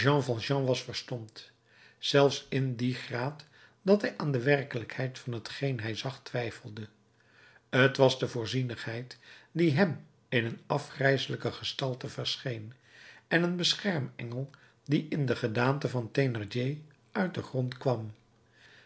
was verstomd zelfs in dien graad dat hij aan de werkelijkheid van hetgeen hij zag twijfelde t was de voorzienigheid die hem in een afgrijselijke gestalte verscheen en een beschermengel die in de gedaante van thénardier uit den grond kwam